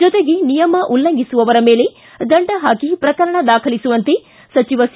ಜೊತೆಗೆ ನಿಯಮ ಉಲ್ಲಂಘಿಸುವವರ ಮೇಲೆ ದಂಡ ಹಾಕಿ ಪ್ರಕರಣ ದಾಖಲಿಸುವಂತೆ ಸಚಿವ ಸಿ